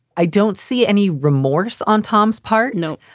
i don't see any remorse on tom's part. no,